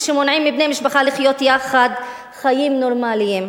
כשמונעים מבני משפחה לחיות יחד חיים נורמליים.